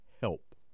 help